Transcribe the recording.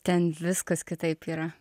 ten viskas kitaip yra